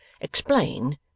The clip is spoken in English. explain